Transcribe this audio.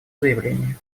заявление